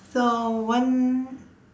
so one